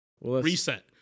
reset